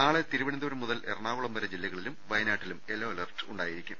നാളെ തിരുവനന്തപുരം മുതൽ എറണാകുളം വരെ ജില്ലകളിലും വയനാട്ടിലും യെല്ലോ അലർട്ട് ഉണ്ടായിരിക്കും